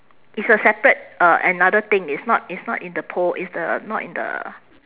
it's a separate uh another thing it's not it's not in the pole it's the not in the